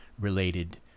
related